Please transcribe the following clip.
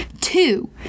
Two